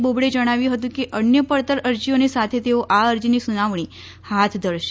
બોબડેએ જણાવ્યું હતું કે અન્ય પડતર અરજીઓની સાથે તેઓ આ અરજીની સુનાવણી હાથ ધરશે